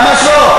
ממש לא.